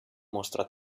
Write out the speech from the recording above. mostra